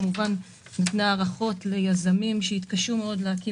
כמובן נתנה הארכות ליזמים שהתקשו מאוד להקים